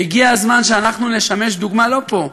והגיע הזמן שאנחנו נשמש דוגמה לא פה,